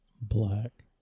black